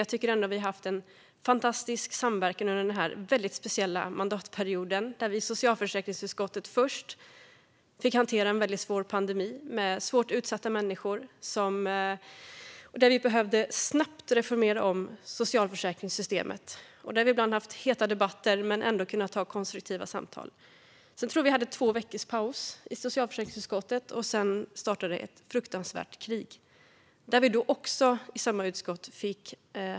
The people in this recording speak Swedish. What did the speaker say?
Jag tycker ändå att vi har haft en fantastisk samverkan under denna väldigt speciella mandatperiod. I socialförsäkringsutskottet fick vi först hantera en väldigt svår pandemi med svårt utsatta människor. Vi behövde snabbt reformera socialförsäkringssystemet. Ibland har vi haft heta debatter, men vi har ändå kunnat ha konstruktiva samtal. Sedan tror jag att vi hade två veckors paus i socialförsäkringsutskottet innan ett fruktansvärt krig startade.